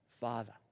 Father